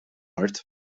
art